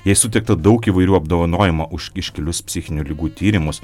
jai suteikta daug įvairių apdovanojimų už iškilius psichinių ligų tyrimus